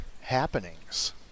Happenings